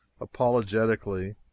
apologetically